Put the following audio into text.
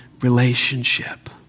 relationship